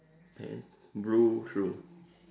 and blue shoe